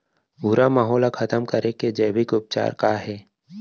भूरा माहो ला खतम करे के जैविक उपचार का हे?